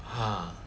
!huh!